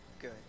good